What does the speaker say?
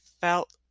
felt